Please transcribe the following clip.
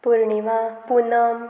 Purnima Poonam